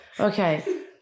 Okay